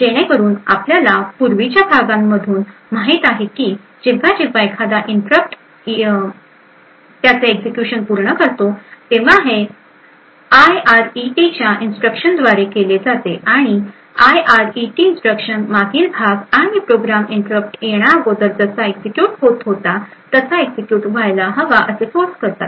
जेणेकरून आपल्याला पूर्वीच्या भागांमधून माहित आहे की जेव्हा जेव्हा एखादा इंटरप्ट त्याचे एक्झिक्युशन पूर्ण करतो तेव्हा हे आयआरईटी च्या इंस्ट्रक्शनद्वारे केले जाते आणि आयआरईटी इंस्ट्रक्शन मागील भाग आणि प्रोग्राम इंटरप्ट येण्याअगोदर जसा एक्झिक्युट होत होता तसा एक्झिक्युट व्हायला हवा असे फोर्स करतात